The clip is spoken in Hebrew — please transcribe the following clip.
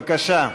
בבקשה,